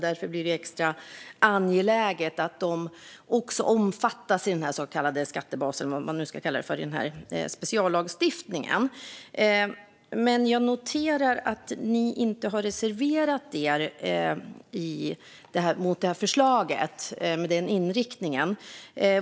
Därför blir det extra angeläget att de också omfattas i den så kallade skattebasen - eller vad den ska kallas - i speciallagstiftningen. Jag noterar att ni inte har reserverat er mot förslaget med den inriktningen.